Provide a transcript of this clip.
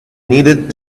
needed